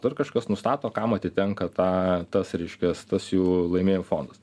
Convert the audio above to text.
ar kažkas nustato kam atitenka tą tas reiškias tas jų laimėjimų fondas